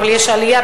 אבל יש עלייה,